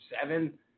seven